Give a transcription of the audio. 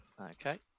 Okay